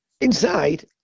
Inside